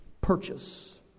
purchase